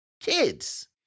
kids